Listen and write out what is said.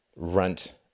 runt